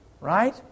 right